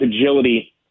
agility